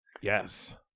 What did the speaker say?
Yes